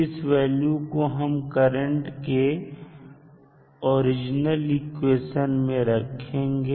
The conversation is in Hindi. इस वैल्यू को हम करंट के ओरिजिनल इक्वेशन में रखेंगे